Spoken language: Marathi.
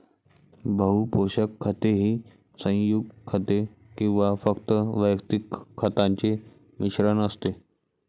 बहु पोषक खते ही संयुग खते किंवा फक्त वैयक्तिक खतांचे मिश्रण असते